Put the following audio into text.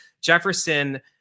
jefferson